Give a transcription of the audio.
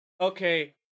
okay